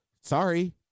sorry